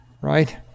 right